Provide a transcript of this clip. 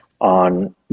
on